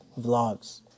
Vlogs